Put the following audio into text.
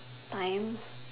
time